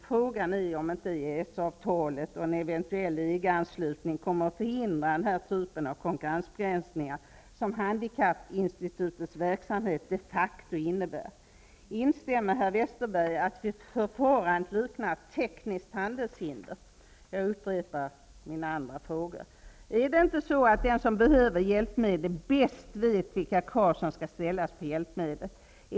Frågan är om inte EES-avtalet och en eventuell EG-anslutning kommer att förhindra den här typen av konkurrensbegränsningar som handikappinstitutets verksamhet de facto innebär. Instämmer herr Westerberg i att förfarandet liknar ett tekniskt handelshinder? Jag upprepar mina andra frågor. Är det inte så att den som behöver hjälpmedel bäst vet vilka krav som skall ställas på hjälpmedlet?